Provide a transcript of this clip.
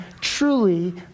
truly